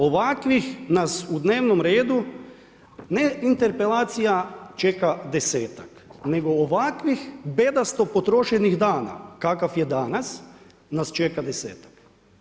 Ovakvi nas u dnevnom redu, ne interpelacija čeka 10-tak, nego ovakvih bedasto potrošenih dana, kakav je dana nas čeka 10-tak.